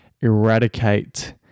eradicate